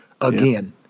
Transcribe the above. again